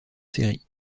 série